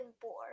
bored